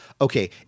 Okay